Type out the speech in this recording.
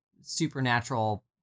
supernatural